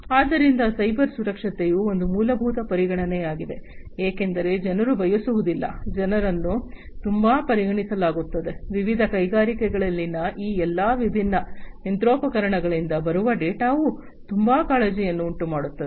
ಆದ್ದರಿಂದ ಸೈಬರ್ ಸುರಕ್ಷತೆಯು ಒಂದು ಮೂಲಭೂತ ಪರಿಗಣನೆಯಾಗಿದೆ ಏಕೆಂದರೆ ಜನರು ಬಯಸುವುದಿಲ್ಲ ಜನರನ್ನು ತುಂಬಾ ಪರಿಗಣಿಸಲಾಗುತ್ತದೆ ವಿವಿಧ ಕೈಗಾರಿಕೆಗಳಲ್ಲಿನ ಈ ಎಲ್ಲಾ ವಿಭಿನ್ನ ಯಂತ್ರೋಪಕರಣಗಳಿಂದ ಬರುವ ಡೇಟಾವು ತುಂಬಾ ಕಾಳಜಿಯನ್ನು ಉಂಟುಮಾಡುತ್ತದೆ